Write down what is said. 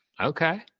Okay